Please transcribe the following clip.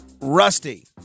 Rusty